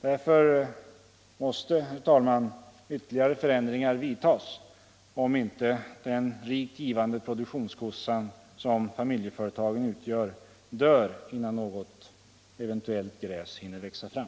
Därför måste ytterligare förändringar vidtas om inte den rikt givande produktionskossan, som familjeföretagen utgör, skall dö innan något eventuellt gräs hinner växa fram.